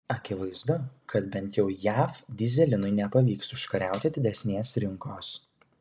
akivaizdu kad bent jau jav dyzelinui nepavyks užkariauti didesnės rinkos